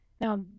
Now